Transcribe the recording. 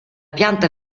pianta